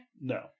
No